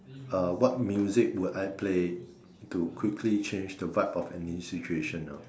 uh what music would I play to quickly change the vibe of any situation ah